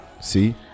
See